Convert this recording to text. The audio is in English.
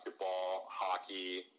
hockey